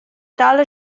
tala